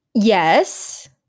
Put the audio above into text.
Yes